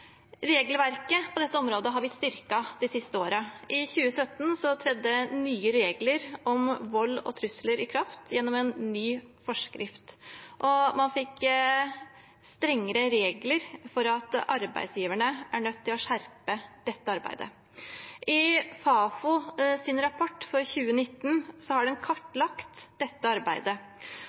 Regelverket på dette området har vi styrket de siste årene. I 2017 trådte nye regler om vold og trusler i kraft gjennom en ny forskrift. Man fikk strengere regler for at arbeidsgiverne er nødt til å skjerpe dette arbeidet. I Fafos rapport for 2019 er dette arbeidet kartlagt. Det de fant, var at det er store mangler i det systematiske arbeidet